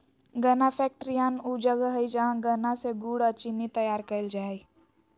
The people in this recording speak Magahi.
गन्ना फैक्ट्रियान ऊ जगह हइ जहां गन्ना से गुड़ अ चीनी तैयार कईल जा हइ